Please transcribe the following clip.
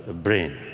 ah brain.